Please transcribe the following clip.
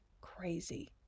crazy